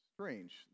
strange